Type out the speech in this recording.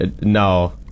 no